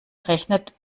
rechnet